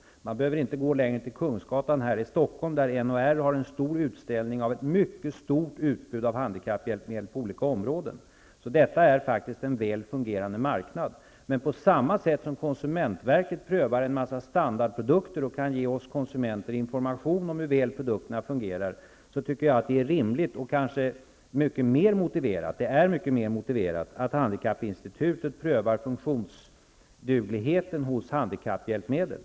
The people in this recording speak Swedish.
Man behöver inte gå längre än till Kungsgatan här i Stockholm där NHR har en stor utställning av ett mycket stort utbud av handikapphjälpmedel på olika områden. Detta är faktiskt en väl fungerande marknad. På samma sätt som konsumentverket prövar många standardprodukter och kan ge oss konsumenter information om hur väl produkterna fungerar, tycker jag att det är rimligt och än mer motiverat att handikappinstitutet prövar funktionsdugligheten hos handikapphjälpmedel.